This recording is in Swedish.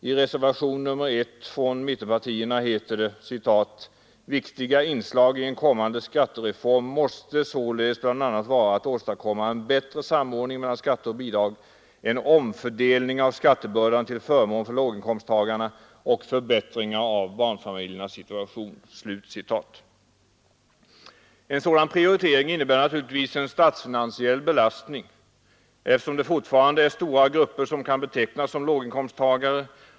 I reservationen 1 heter det: ”Viktiga inslag i en kommande skattereform måste således bl.a. vara att åstadkomma en bättre samordning mellan skatter och bidrag, en omfördelning av skattebördan till förmån för låginkomsttagarna och förbättringar av barnfamiljernas situation.” En sådan prioritering innebär naturligtvis en statsfinansiell belastning, eftersom det fortfarande är stora grupper som kan betecknas som låginkomsttagare.